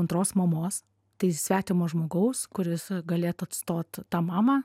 antros mamos tai svetimo žmogaus kuris galėtų atstot tą mamą